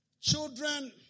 children